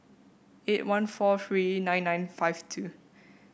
eight one four three nine nine five two